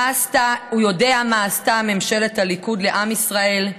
הוא יודע מה עשתה ממשלת הליכוד לעם ישראל,